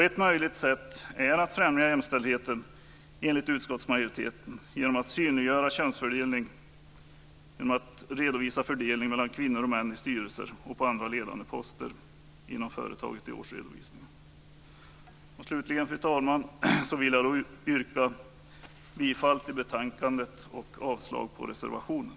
Ett möjligt sätt att främja jämställdheten är enligt utskottsmajoriteten att synliggöra könsfördelningen genom att i årsredovisningen redogöra för fördelningen mellan kvinnor och män i styrelser och på andra ledande poster inom företaget. Fru talman! Slutligen yrkar jag bifall till hemställan i betänkandet och avslag på reservationerna.